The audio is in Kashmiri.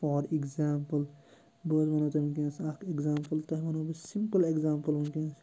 فار اِگزامپل بہٕ حظ وَنو تۄہہِ وٕنۍکٮ۪نس اَکھ اٮ۪گزامپٕل تۄہہِ وَنو بہٕ سِمپل ایگزامپٕل وٕنۍکٮ۪نس